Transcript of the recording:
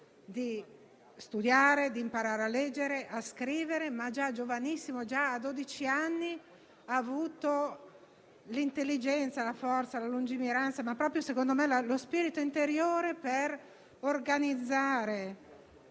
di studiare, di imparare a leggere, a scrivere, ma, giovanissimo, già a dodici anni, ha avuto l'intelligenza, la forza, la lungimiranza e - secondo me - proprio lo spirito interiore per organizzare